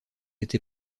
été